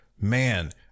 man